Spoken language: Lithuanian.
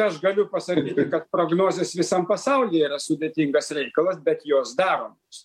aš galiu pasakyti kad prognozės visam pasaulyje yra sudėtingas reikalas bet jos daromos